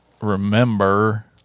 remember